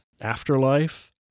afterlife